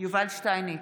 יובל שטייניץ,